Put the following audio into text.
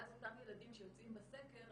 ואז אותם ילדים שיוצאים בסקר,